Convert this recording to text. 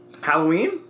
Halloween